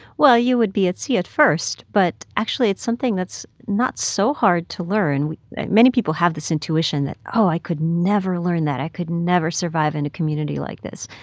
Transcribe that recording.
well, you would be at sea at first. but actually, it's something that's not so hard to learn. many many people have this intuition that, oh, i could never learn that i could never survive in a community like this.